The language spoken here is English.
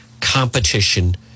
competition